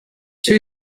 two